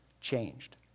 changed